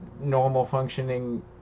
normal-functioning